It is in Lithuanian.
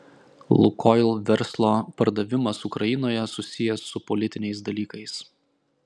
lukoil verslo pardavimas ukrainoje susijęs su politiniais dalykais